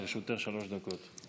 לרשותך שלוש דקות.